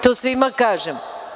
To svima kažem.